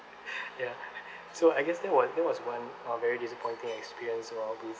ya so I guess that was that was one uh very disappointing experience uh with